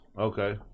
Okay